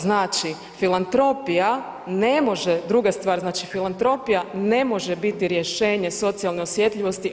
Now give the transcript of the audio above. Znači, filantropija ne može, druga stvar, znači filantropija ne može biti rješenje socijalne osjetljivosti.